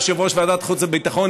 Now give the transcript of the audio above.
יושב-ראש ועדת החוץ והביטחון,